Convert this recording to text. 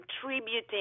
contributing